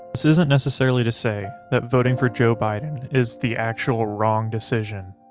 this isn't necessarily to say that voting for joe biden is the actual wrong decision,